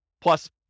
plus